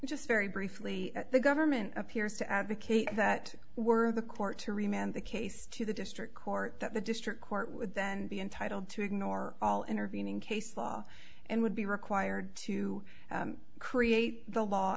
just very briefly the government appears to advocate that were the court to remain on the case to the district court that the district court would then be entitled to ignore all intervening case law and would be required to create the law